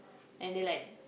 and they like